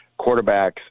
quarterbacks